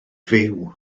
fyw